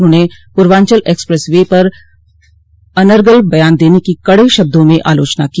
उन्होंने Purvanchal expressway पर अनरगल बयान देने की कड़े शब्दों में आलोचना की